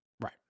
Right